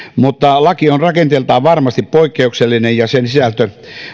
mutta laki on rakenteeltaan varmasti poikkeuksellinen ja sen sisältö